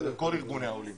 זה לכל ארגוני העולים